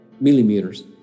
millimeters